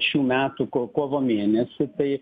šių metų ko kovo mėnesį tai